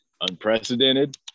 unprecedented